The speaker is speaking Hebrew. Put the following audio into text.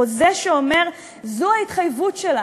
חוזה שאומר: זו ההתחייבות שלנו,